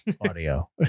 audio